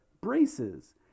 braces